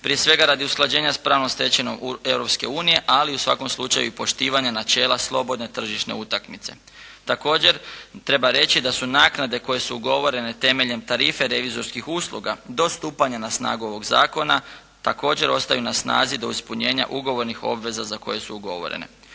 prije svega radi usklađenja s pravnom stečevinom Europske unije, ali u svakom slučaju i poštivanja načela slobodne tržišne utakmice. Također treba reći da su naknade koje su ugovorene temeljem tarife revizorskih usluga do stupanja na snagu ovoga zakona, također ostaju na snazi do ispunjenja ugovornih obveza za koje su ugovorene.